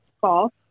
false